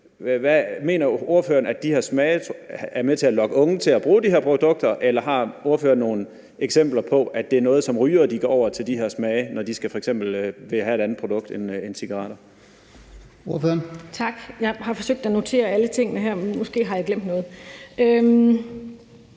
smage. Mener ordføreren, at de her smage er med til at lokke de unge til at bruge de her produkter, eller har ordføreren nogen eksempler på, at de her smage er noget, som rygere går over til, når de f.eks. vil have et andet produkt end cigaretter?